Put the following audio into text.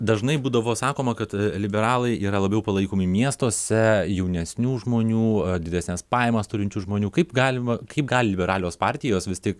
dažnai būdavo sakoma kad liberalai yra labiau palaikomi miestuose jaunesnių žmonių a didesnes pajamas turinčių žmonių kaip galima kaip gali liberalios partijos vis tik